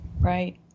right